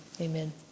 amen